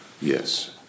Yes